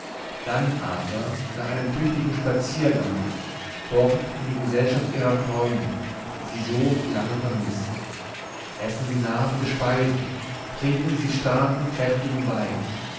dann aber nach einem tüchtigen spaziergange fort in die gesellschaft ihrer freunde die sie so lange vermißt essen sie nahrhafte speisen trinken sie starken kräftigen wein